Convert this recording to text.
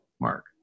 Mark